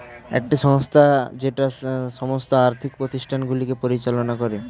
একটি সংস্থা যেটা সমস্ত আর্থিক প্রতিষ্ঠানগুলিকে পরিচালনা করে